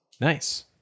Nice